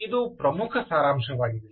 ಇದು ಪ್ರಮುಖ ಸಾರಾಂಶವಾಗಿದೆ